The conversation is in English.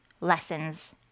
lessons